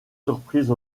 surprise